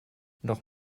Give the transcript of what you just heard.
noch